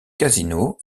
casino